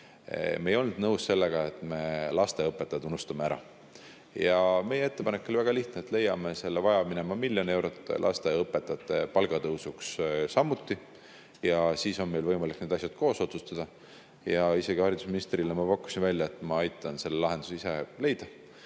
Me ei olnud nõus sellega, et me lasteaiaõpetajad unustame ära. Meie ettepanek oli väga lihtne: leiame vajamineva miljon eurot lasteaiaõpetajate palga tõusuks samuti ja siis on meil võimalik need asjad koos otsustada. Haridusministrile ma isegi pakkusin välja, et ma aitan selle lahenduse ise leida.